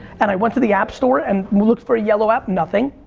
and i went to the app store and looked for a yellow app. nothing.